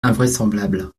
invraisemblable